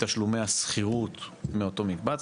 מתשלומי השכירות מאותו מקבץ,